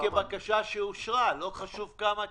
זה נספר כבקשה שאושרה, לא חשוב כמה קיבלו.